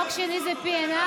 חוק שני זה PNR,